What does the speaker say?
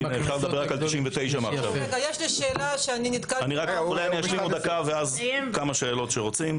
נותר לי לדבר רק על עוד 99 המלצות נוספות.